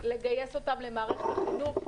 לגייס אותם למערכת החינוך.